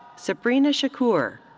sabrina shakoor.